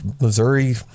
Missouri